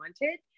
wanted